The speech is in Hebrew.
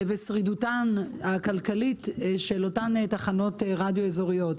ושרידותן הכלכלית של אותן תחנות רדיו אזוריות.